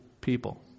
people